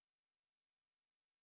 so continue talking or what